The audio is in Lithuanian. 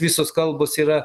visos kalbos yra